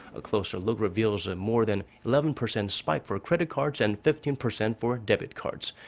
a closer look reveals a more-than eleven percent spike for credit cards. and fifteen percent for debit cards.